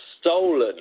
stolen